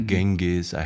Genghis